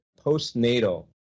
postnatal